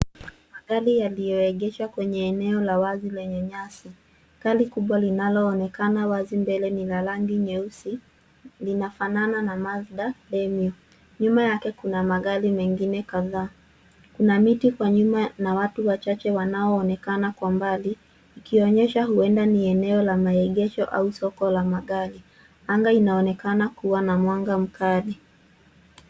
Magari yaliyooengeshwa kwenye eneo la wazi lenye nyasi. Gari kubwa linaloonekana wazi mbele ni la rangi nyeusi linafana na Mazda Demio. Nyuma yake kuna magari mengine kadhaa. Kuna miti kwa nyuma na watu wachache wanaonekana kwa mbali ikionyesha huenda ni eneo la maengesho au soko la magari .Anga inaonekana kuwa na mwanga mkali.